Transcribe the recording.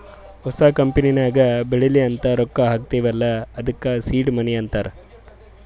ಹೊಸ ಕಂಪನಿಗ ಬೆಳಿಲಿ ಅಂತ್ ರೊಕ್ಕಾ ಹಾಕ್ತೀವ್ ಅಲ್ಲಾ ಅದ್ದುಕ ಸೀಡ್ ಮನಿ ಅಂತಾರ